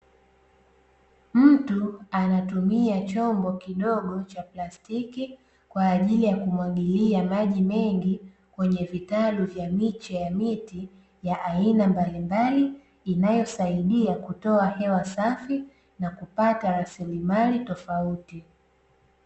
Mtu anatumia chombo kidogo cha plastiki kwa ajili ya kumwagilia maji mengi kwenye vitalu vya miche ya miti ya aina mbalimbali, inayosaidia kutoa hewa safi na kupata rasilimali tofauti.